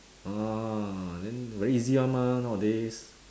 ah then very easy [one] mah nowadays